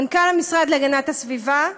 מנכ"ל המשרד להגנת הסביבה,